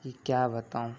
کہ کیا بتاؤں